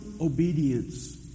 obedience